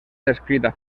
descrita